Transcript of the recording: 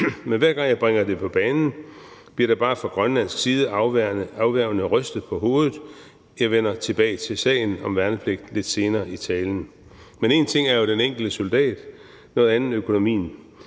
Men hver gang jeg bringer det på banen, bliver der bare fra grønlandsk side afværgende rystet på hovedet. Jeg vender tilbage til sagen om værnepligten lidt senere i talen. Men en ting er jo den enkelte soldat, noget andet er økonomien.